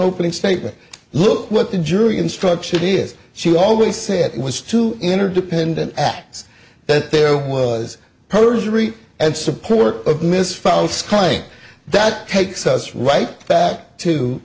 opening statement look what the jury instruction is she always said it was to interdependent acts that there was perjury and support of misfile skying that takes us right back to